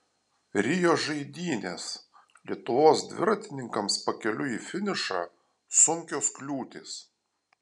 rio žaidynės lietuvos dviratininkams pakeliui į finišą sunkios kliūtys